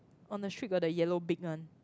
on the street got the yellow big one